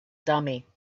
dummy